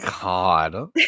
God